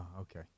okay